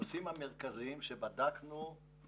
הנושאים המרכזיים שבדקנו הם: